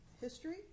history